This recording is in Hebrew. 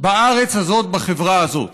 בארץ הזאת, בחברה הזאת.